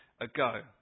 ago